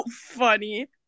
funny